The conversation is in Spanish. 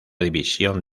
división